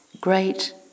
Great